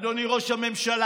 אדוני ראש הממשלה,